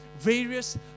various